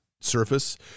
surface